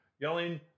yelling